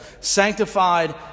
sanctified